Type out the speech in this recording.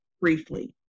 briefly